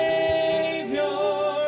Savior